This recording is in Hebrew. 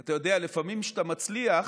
אתה יודע, לפעמים כשאתה מצליח